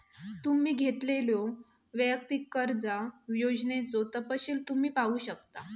तुम्ही घेतलेल्यो वैयक्तिक कर्जा योजनेचो तपशील तुम्ही पाहू शकता